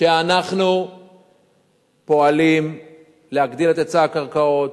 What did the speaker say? שאנחנו פועלים להגדיל את היצע הקרקעות.